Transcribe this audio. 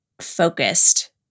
focused